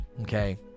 okay